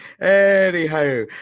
anyhow